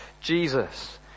Jesus